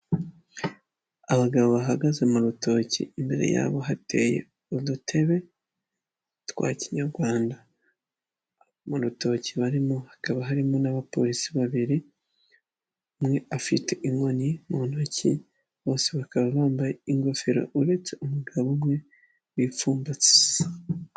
Abagabo bahagaze mu rutoki. Imbere yabo hateye udutebe twa kinyarwanda. Mu rutoki barimo hakaba harimo n'abapolisi babiri, umwe afite inkoni mu ntoki. Bose bakaba bambaye ingofero uretse umugabo umwe wipfumbase.